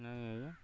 ନାଇଁ ଆଜ୍ଞା